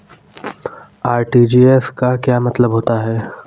RTGS का क्या मतलब होता है?